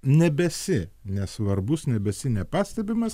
nebesi nesvarbus nebesi nepastebimas